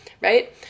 Right